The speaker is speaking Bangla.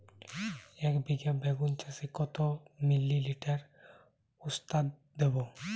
একবিঘা বেগুন চাষে কত মিলি লিটার ওস্তাদ দেবো?